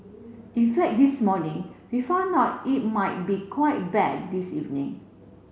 in fact this morning we found out it might be quite bad this evening